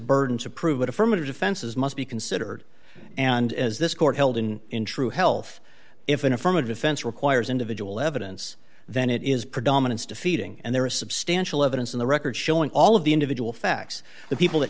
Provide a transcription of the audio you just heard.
burden to prove it affirmative defenses must be considered and as this court held in in true health if an affirmative fence requires individual evidence then it is predominance defeating and there is substantial evidence in the record showing all of the individual facts the people that